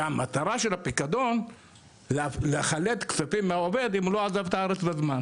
שהמטרה של הפיקדון לחלט כספים מהעובד אם הוא לא עזב את הארץ בזמן.